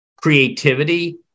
creativity